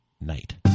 night